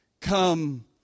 come